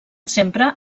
sempre